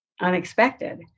unexpected